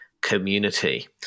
community